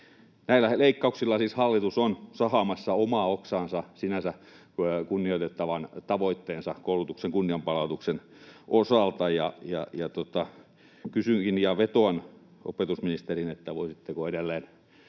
Näillä leikkauksilla siis hallitus on sahaamassa omaa oksaansa sinänsä kunnioitettavan tavoitteensa, koulutuksen kunnianpalautuksen, osalta. Kysynkin ja vetoan opetusministeriin, voisitteko edelleen